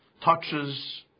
touches